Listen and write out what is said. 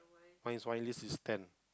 mine is this is ten